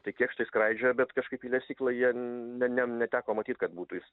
tai kėkštai skraidžioja bet kažkaip į lesyklą jie ne ne neteko matyt kad būtų